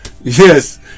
Yes